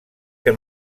que